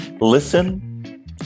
Listen